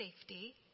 safety